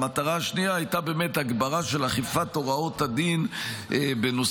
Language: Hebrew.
המטרה השנייה הייתה באמת הגברה של אכיפת הוראות הדין בנושאים